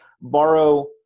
borrow